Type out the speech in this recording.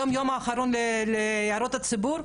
היום יום אחרון להערות ציבור,